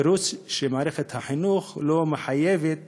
תירוץ שמערכת החינוך לא מחייבת